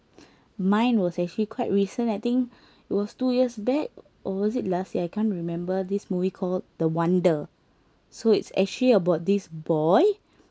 mine was actually quite recent I think it was two years back or was it last year I can't remember this movie called the wonder so it's actually about this boy